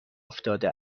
افتاده